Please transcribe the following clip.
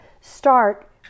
start